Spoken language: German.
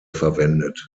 verwendet